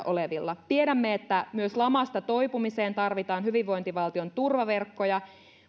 olevilla tiedämme että myös lamasta toipumiseen tarvitaan hyvinvointivaltion turvaverkkoja